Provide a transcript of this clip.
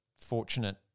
fortunate